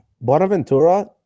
Bonaventura